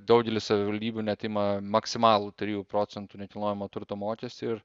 daugelis savivaldybių net ima maksimalų trijų procentų nekilnojamo turto mokestį ir